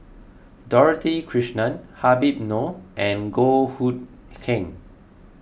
Dorothy Krishnan Habib Noh and Goh Hood Keng